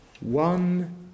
One